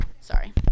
Sorry